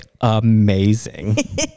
amazing